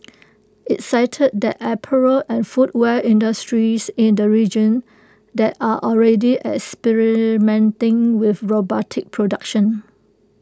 IT cited that apparel and footwear industries in the region that are already experimenting with robotic production